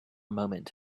moment